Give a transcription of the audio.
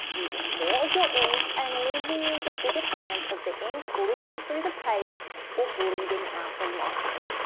using more of your ink, and leaving you with a bigger chance of the ink leaking through the page or bleeding out the lines.